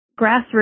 grassroots